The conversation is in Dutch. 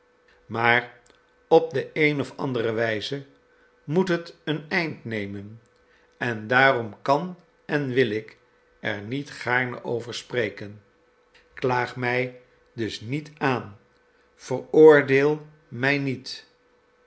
maar op de een of andere wijze moet het een eind nemen en daarom kan en wil ik er niet gaarne over spreken klaag mij dus niet aan veroordeel mij niet